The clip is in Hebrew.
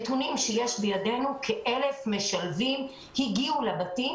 כ-1,000 משלבים הגיעו לבתים.